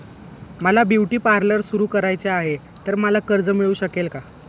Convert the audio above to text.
मला beauty parlour सुरू करायचे आहे तर मला कर्ज मिळू शकेल का?